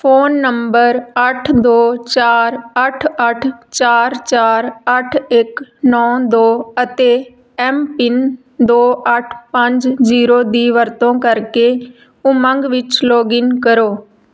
phone number ਅੱਠ ਦੋ ਚਾਰ ਅੱਠ ਅੱਠ ਚਾਰ ਚਾਰ ਅੱਠ ਇੱਕ ਨੌ ਦੋ ਅਤੇ ਐੱਮਪਿੰਨ ਦੋ ਅੱਠ ਪੰਜ ਜੀਰੋ ਦੀ ਵਰਤੋਂ ਕਰਕੇ ਉਮੰਗ ਵਿੱਚ ਲੌਗਇਨ ਕਰੋ